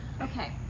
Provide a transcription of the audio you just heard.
Okay